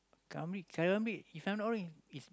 Khairul-Amri Khairul-Amri if I'm not wrong he he's